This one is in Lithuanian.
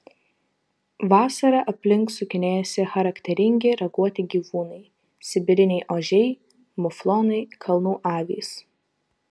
vasarą aplink sukinėjasi charakteringi raguoti gyvūnai sibiriniai ožiai muflonai kalnų avys